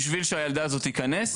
בשביל שהילדה הזאת תיכנס,